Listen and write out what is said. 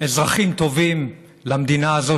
אזרחים טובים במדינה הזאת,